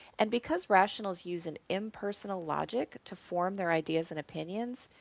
and because rationals use an impersonal logic to form their ideas and opinions,